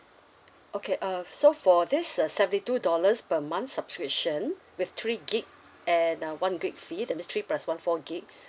okay uh so for this uh seventy two dollars per month subscription with three gig and uh one gigabyte free that's mean three plus one four gigabyte